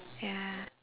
ya